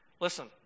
Listen